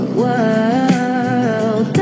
world